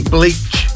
Bleach